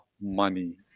money